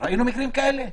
ראינו מקרים כאלה?